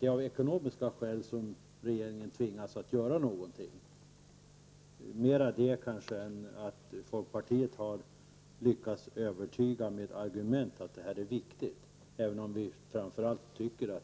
är av ekonomiska skäl snarare än på grund av att folkpartiet med argument har lyckats övertyga regeringen om att detta är viktigt som regeringen nu tvingas göra någonting åt denna fråga.